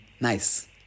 nice